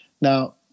Now